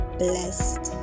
blessed